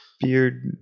beard